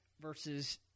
versus